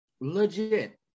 Legit